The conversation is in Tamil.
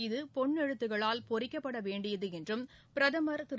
இது பொன்னெழுத்துகளால் பொறிக்கப்படவேண்டியதுஎன்றும் பிரதமர் திரு